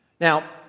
Now